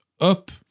up